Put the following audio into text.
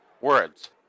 words